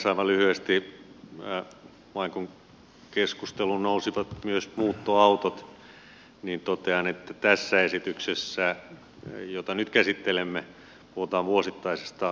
aivan lyhyesti vain kun keskusteluun nousivat myös muuttoautot totean että tässä esityksessä jota nyt käsittelemme puhutaan vuosittaisesta ajoneuvoverosta